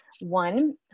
one